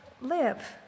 live